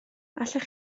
allwch